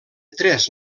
tres